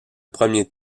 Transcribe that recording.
premier